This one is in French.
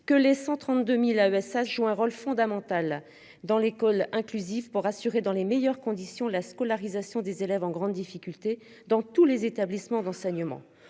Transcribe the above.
que les 132.000 AESH joue un rôle fondamental dans l'école inclusive pour assurer dans les meilleures conditions. La scolarisation des élèves en grande difficulté dans tous les établissements d'enseignement.